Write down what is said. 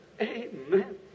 Amen